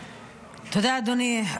תודה, אדוני.